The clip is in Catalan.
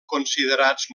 considerats